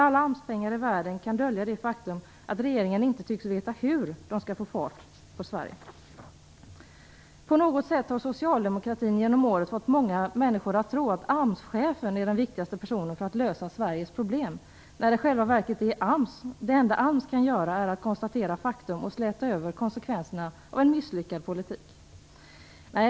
Alla AMS-pengar i världen kan inte dölja det faktum att regeringen inte tycks veta hur den skall få fart på På något sätt har socialdemokratin genom åren fått många människor att tro att AMS-chefen är den viktigaste personen när det gäller att lösa Sveriges problem, när det enda AMS kan göra i själva verket är att konstatera faktum och släta över konsekvenserna av en misslyckad politik.